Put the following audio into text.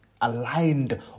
aligned